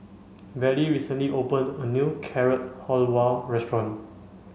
Vallie recently opened a new Carrot Halwa restaurant